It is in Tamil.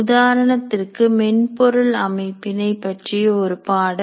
உதாரணத்திற்கு மென்பொருள் அமைப்பினை பற்றிய ஒரு பாடம்